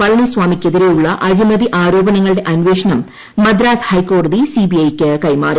പിളനിസാമിക്കെതിരെയുള്ള അഴിമതി ആരോപണങ്ങളുടെ അന്വേഷണം മദ്രാസ് ഹൈക്കോടതി സിബിഐക്ക് കൈമാറി